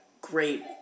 great